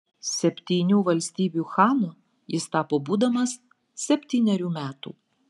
septynių valstybių chanu jis tapo būdamas septynerių metų